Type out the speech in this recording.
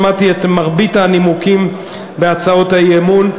שמעתי את מרבית הנימוקים בהצעות האי-אמון.